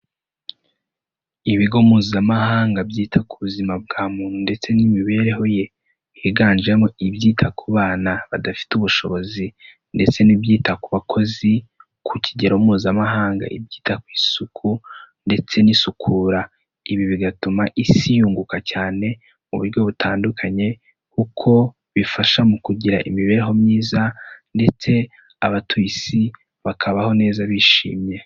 Ibigo mpuzamahanga byita ku buzima bwa muntu ndetse n'imibereho ye, higanjemo ibyita ku bana badafite ubushobozi ndetse n'ibyita ku bakozi ku kigero mpuzamahanga, ibyita ku isuku ndetse n'isukura, ibi bigatuma isi yunguka cyane mu buryo butandukanye kuko bifasha mu kugira imibereho myiza ndetse abatuye isi bakabaho neza bishimye.